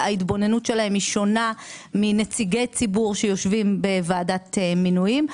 שההתבוננות שלהם שונה מנציגי ציבור שיושבים בוועדת מינויים.